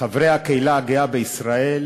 חברי הקהילה הגאה בישראל